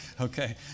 Okay